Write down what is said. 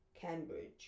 Cambridge